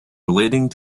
relating